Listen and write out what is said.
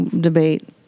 debate